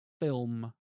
film